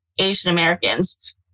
Asian-Americans